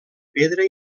pedra